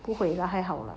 不会了还好了